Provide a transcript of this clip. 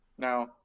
Now